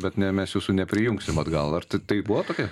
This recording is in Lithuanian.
bet ne mes jūsų neprijungsim atgal ar tai buvo tokia